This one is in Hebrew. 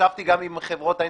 ישבתי גם עם חברות האינטרנט,